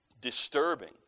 disturbing